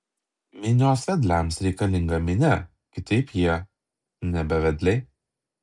minios vedliams reikalinga minia kitaip jie nebe vedliai